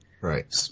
Right